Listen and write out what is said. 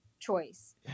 choice